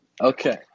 Okay